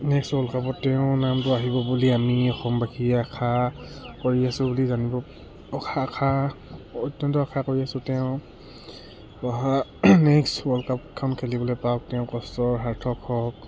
next world কাপত তেওঁৰ নামটো আহিব বুলি আমি অসমবাসীয়ে আশা কৰি আছোঁ বুলি জানিব আশা আশা অত্যন্ত আশা কৰি আছোঁ তেওঁ অহা নেক্সট ৱৰ্ল্ড কাপখন খেলিবলৈ পাওঁক তেওঁ কষ্টৰ সাৰ্থক হওক